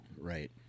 Right